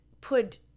put